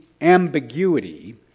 ambiguity